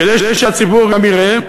כדי שהציבור גם יראה,